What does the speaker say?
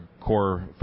core